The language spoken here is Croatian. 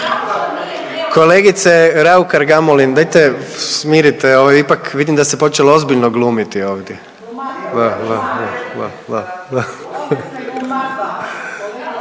Kolegice Raukar Gamulin dajte smirite, ovo je ipak, vidim da se počelo ozbiljno glumiti ovdje.